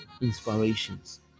inspirations